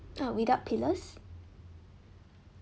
uh without pillars